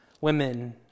women